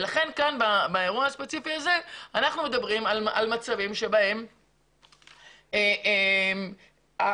באירוע הספציפי הזה אנחנו מדברים על מצבים בהם יש